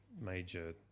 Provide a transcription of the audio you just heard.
major